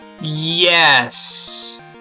Yes